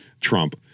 Trump